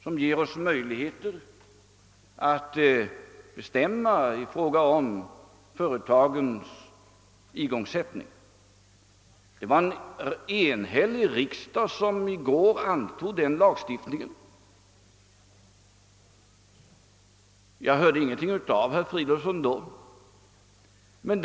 Den ger oss möjligheter att bestämma över igångsättningen av olika företag. Och en enhällig riksdag antog den lagen i går. Men då hörde jag ingenting av herr Fridolfsson.